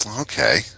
Okay